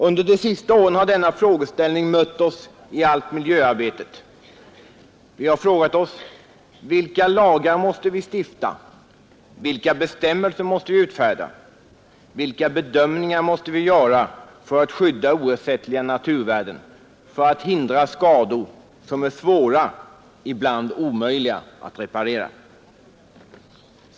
Under de senaste åren har denna frågeställning mött oss i miljöarbetet. Vi har frågat oss: Vilka lagar måste vi stifta, vilka bestämmelser måste vi utfärda, vilka bedömningar måste vi göra för att skydda oersättliga naturvärden, för att hindra skador, som är svåra ibland omöjliga att reparera?